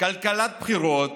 כלכלת בחירות